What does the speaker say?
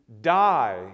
die